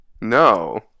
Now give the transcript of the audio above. No